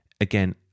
Again